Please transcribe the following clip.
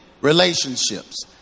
relationships